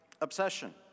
obsession